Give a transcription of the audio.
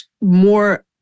more